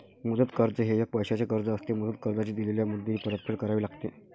मुदत कर्ज हे एक पैशाचे कर्ज असते, मुदत कर्जाची दिलेल्या मुदतीत परतफेड करावी लागते